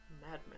Madman